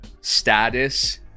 status